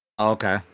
Okay